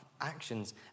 actions